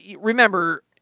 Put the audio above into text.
remember